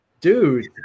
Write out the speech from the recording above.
Dude